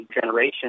generation